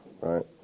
right